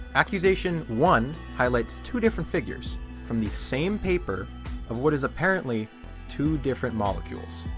accusation one highlights two different figures from the same paper of what is apparently two different molecules.